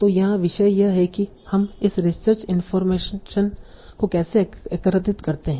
तो यहाँ विषय यह है कि हम इस रिसर्च इनफार्मेशन को कैसे एकत्रित करते हैं